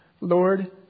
Lord